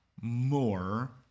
more